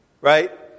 Right